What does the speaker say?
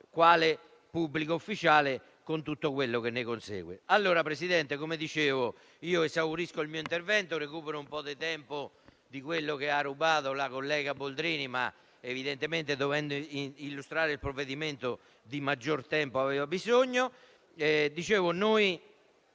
quale pubblico ufficiale, con tutto quello che ne consegue. Signor Presidente, come dicevo, io esaurisco il mio intervento e faccio recuperare un po' del tempo che aveva rubato la collega Boldrini, la quale evidentemente, dovendo illustrare il provvedimento, di maggior tempo aveva bisogno. Come si